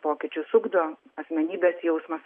pokyčius ugdo asmenybės jausmas